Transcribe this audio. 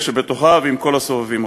בשלום עם אלה שבתוכה ועם כל הסובבים אותה.